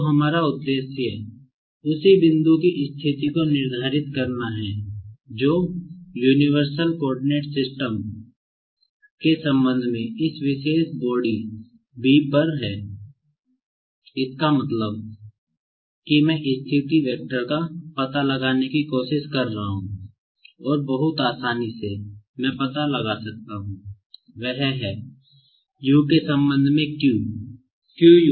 तो हमारा उद्देश्य उसी बिंदु की स्थिति को निर्धारित करना है जो यूनिवर्सल कोआर्डिनेट सिस्टम के संबंध में इस विशेष बॉडी B पर है इसका मतलब है कि मैं स्थिति वेक्टर का पता लगाने की कोशिश कर रहा हूं और बहुत आसानी से मैं पता लगा सकता हूं वह है U के संबंध में Q